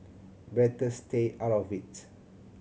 better stay out of it